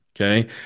okay